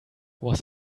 was